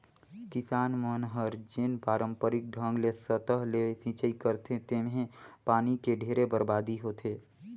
किसान मन हर जेन पांरपरिक ढंग ले सतह ले सिचई करथे तेम्हे पानी के ढेरे बरबादी होथे